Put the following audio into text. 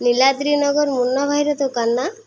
ନୀଲାଦ୍ରି ନଗର ମୁନା ଭାଇର ଦୋକାନ ନା